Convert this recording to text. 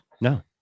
No